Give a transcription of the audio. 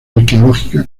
arqueológica